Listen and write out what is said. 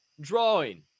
drawing